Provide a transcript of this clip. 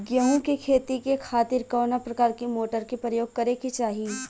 गेहूँ के खेती के खातिर कवना प्रकार के मोटर के प्रयोग करे के चाही?